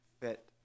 fit